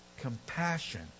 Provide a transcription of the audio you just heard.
Compassion